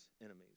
enemies